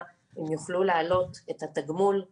הן יוכלו להעלות את התגמול עבור יום אשפוז.